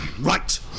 Right